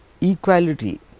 equality